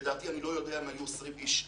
לדעתי אני לא יודע אם היו 20 איש.